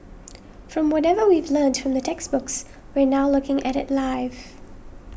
from whatever we've learnt from the textbooks we're now looking at it live